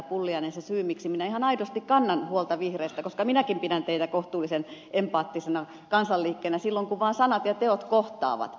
pulliainen se syy miksi minä ihan aidosti kannan huolta vihreistä koska minäkin pidän teitä kohtuullisen empaattisena kansanliikkeenä silloin kun vaan sanat ja teot kohtaavat